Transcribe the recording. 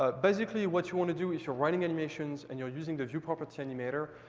ah basically, what you want to do if you're writing animations and you're using the view property animator,